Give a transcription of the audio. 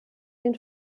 den